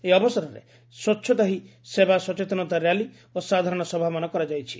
ଏହି ଅବସରରେ ସ୍ପଚ୍ଛତା ହି ସେବା ସଚେତନତା ର୍ୟାଲି ଓ ସାଧାରଣ ସଭାମାନ କରାଯାଇଛି